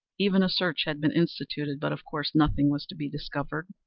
even a search had been instituted but of course nothing was to be discovered.